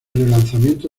relanzamiento